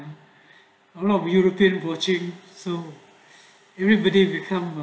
a lot of european watching so everybody become